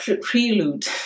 prelude